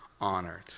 honored